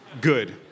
good